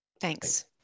Thanks